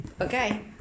Okay